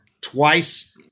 twice